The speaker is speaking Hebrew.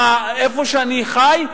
איפה שאני חי,